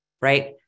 Right